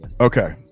Okay